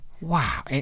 wow